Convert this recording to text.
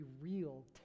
real